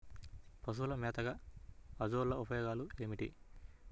పశువుల మేతగా అజొల్ల ఉపయోగాలు ఏమిటి?